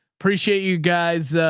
appreciate you guys.